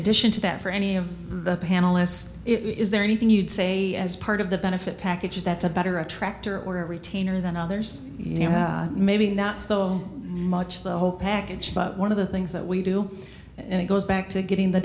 addition to that for any of the panelists it is there anything you'd say as part of the benefit package is that a better a tractor or a retainer than others maybe not so much the whole package but one of the things that we do and it goes back to getting the